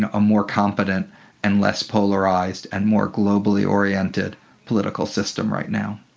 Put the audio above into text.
and a more competent and less polarized and more globally oriented political system right now.